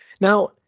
Now